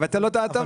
יבטל לו את ההטבה.